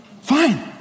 Fine